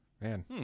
man